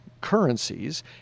Currencies